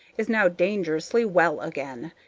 is now dangerously well again,